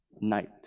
night